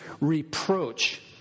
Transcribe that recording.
reproach